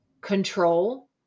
control